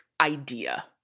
idea